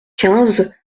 quinze